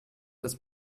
ist